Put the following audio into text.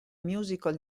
musical